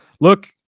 look